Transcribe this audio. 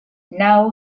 now